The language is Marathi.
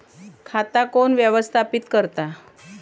खाता कोण व्यवस्थापित करता?